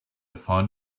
find